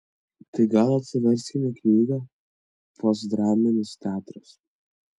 tai gal atsiverskime knygą postdraminis teatras